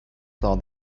saw